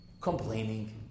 Complaining